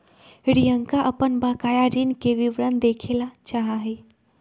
रियंका अपन बकाया ऋण के विवरण देखे ला चाहा हई